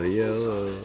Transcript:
yellow